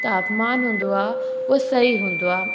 तापमान हूंदो आहे उहो सही हूंदो आहे